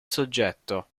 soggetto